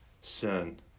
sin